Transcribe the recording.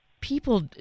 people